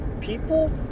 people